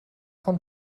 von